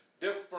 different